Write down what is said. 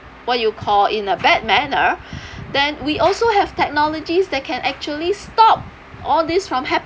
what do you call in a bad manner then we also have technologies that can actually stop all this from happening